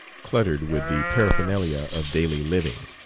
cluttered with the paraphernalia of daily living.